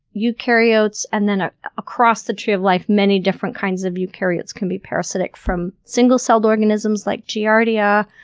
eukaryotes, and then ah across the tree of life many different kinds of eukaryotes can be parasitic from single-celled organisms like giardia,